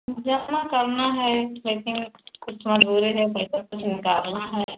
जमा करना है लेकिन कुछ मजबूरी है पैसा कुछ निकलना है